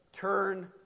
Turn